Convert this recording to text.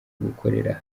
gukorera